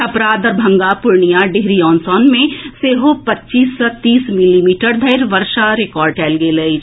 Chhapra Darbhanga Purnia Dehri on Sone मे सेहो पच्चीस सऽ तीस मिलीमीटर धरि वर्षा रिकॉर्ड कएल गेल अछि